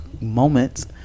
moments